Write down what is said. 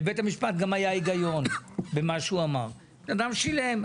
לבית המשפט גם היה היגיון במה שהוא אמר; בן אדם שילם.